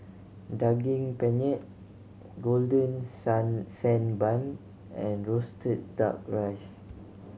Daging Penyet golden sand sand bun and roasted Duck Rice